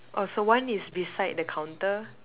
oh so one is beside the counter